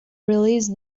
released